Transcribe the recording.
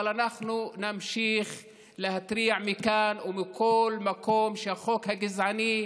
אבל אנחנו נמשיך להתריע מכאן ומכל מקום שהחוק הגזעני,